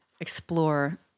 explore